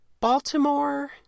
Baltimore